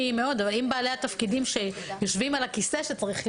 אם בעלי התפקידים שיושבים על הכיסא שצריך להיות,